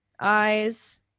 eyes